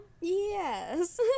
Yes